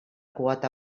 quota